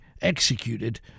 executed